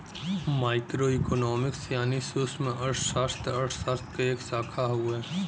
micro economics यानी सूक्ष्मअर्थशास्त्र अर्थशास्त्र क एक शाखा हउवे